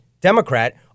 Democrat